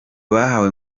bahawe